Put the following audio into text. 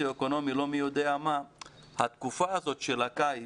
סוציואקונומי לא מי יודע מה התקופה הזו של הקיץ